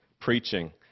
preaching